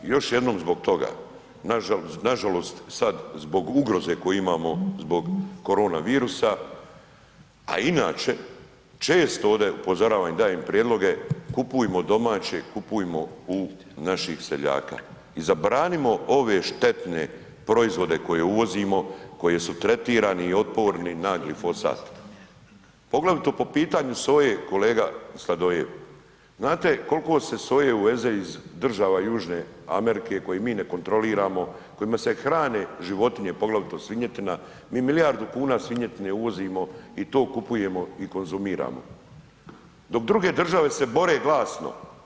Još jednom zbog toga, nažalost sad zbog ugroze koju imamo zbog korona virusa, a i inače često ovdje upozoravam i dajem prijedloge kupujmo domaće, kupujmo u naših seljaka, i zabranimo ove štetne proizvode koje uvozimo, koji su tretirani i otporni na glifosat, poglavito po pitanju soje kolega Sladoljev, znate kol'ko se soje uveze iz država Južne Amerike koji mi ne kontroliramo, kojima se hrane životinje, poglavito svinjetina, mi milijardu kuna svinjetine uvozimo i to kupujemo i konzumiramo, dok druge države se bore glasno.